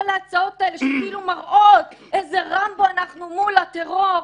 כל ההצעות אלה שכאילו מראות איזה רמבו אנחנו מול הטרור,